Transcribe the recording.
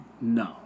No